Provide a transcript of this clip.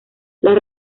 las